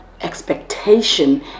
expectation